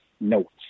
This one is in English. notes